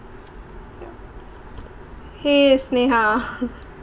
!hey! sneeha